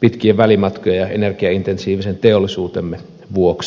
pitkien välimatkojen ja energiaintensiivisen teollisuutemme vuoksi